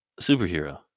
superhero